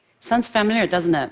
sounds familiar, doesn't it?